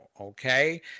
okay